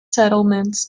settlements